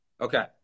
Okay